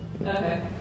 Okay